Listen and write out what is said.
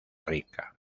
rica